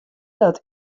dat